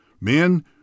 Men